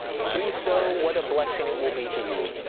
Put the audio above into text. do so, what a blessing it will be to you!